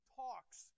talks